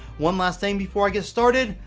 one last thing before i get started.